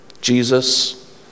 Jesus